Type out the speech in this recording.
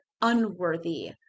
unworthy